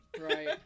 right